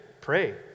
Pray